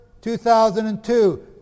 2002